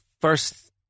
first